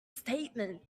statement